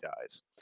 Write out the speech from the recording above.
dies